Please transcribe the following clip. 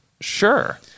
Sure